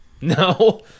No